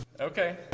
Okay